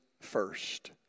first